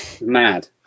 mad